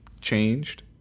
changed